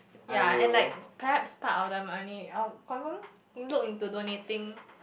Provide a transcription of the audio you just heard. ya and like perhaps part of the money I'll confirm look into donating